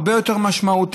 הרבה יותר משמעותיים.